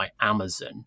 Amazon